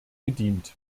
gedient